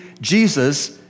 Jesus